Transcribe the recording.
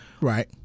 Right